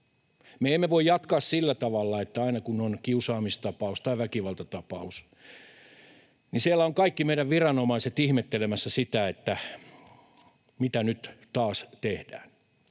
Me emme voi jatkaa sillä tavalla, että aina kun on kiusaamistapaus tai väkivaltatapaus, niin siellä ovat kaikki meidän viranomaisemme ihmettelemässä, että mitä nyt taas tehdään.